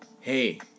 Hey